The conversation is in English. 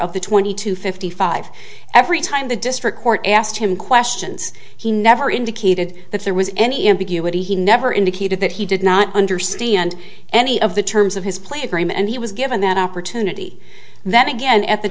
the twenty to fifty five every time the district court asked him questions he never indicated that there was any ambiguity he never indicated that he did not understand any of the terms of his play agreement and he was given that opportunity that again at the